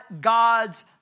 God's